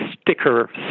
sticker